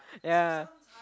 ya